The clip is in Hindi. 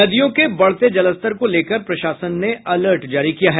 नदियों में बढ़ते जलस्तर को लेकर प्रशासन ने अलर्ट जारी किया है